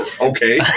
Okay